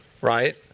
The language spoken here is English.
right